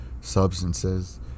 substances